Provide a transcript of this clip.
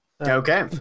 okay